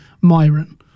Myron